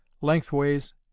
lengthways